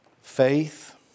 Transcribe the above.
Faith